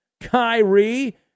Kyrie